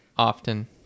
often